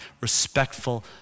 respectful